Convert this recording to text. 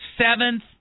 seventh